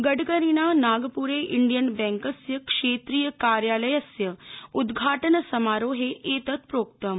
गडकरिणा नागपुरे इण्डियन बैंकस्य क्षेत्रीय कार्यालयस्य उद्घाटन समारोहे एतत् प्रोक्तम्